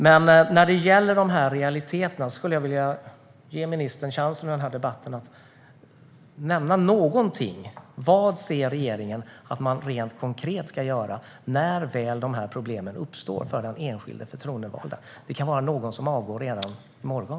Men när det gäller realiteterna skulle jag vilja ge ministern chansen att i den här debatten nämna någonting: Vad ser regeringen att man rent konkret ska göra när problemen väl uppstår för den enskilda förtroendevalda? Det kan handla om någon som avgår redan i morgon.